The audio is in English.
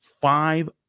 five